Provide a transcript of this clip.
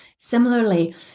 Similarly